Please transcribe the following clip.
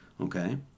Okay